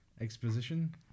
Exposition